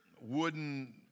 wooden